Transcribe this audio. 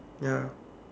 ya